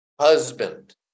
husband